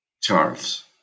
Charles